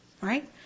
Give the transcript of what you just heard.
Right